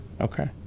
Okay